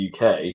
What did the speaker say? UK